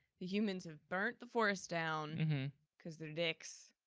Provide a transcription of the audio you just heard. the humans have burnt the forest down cause they're dicks,